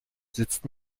sitzt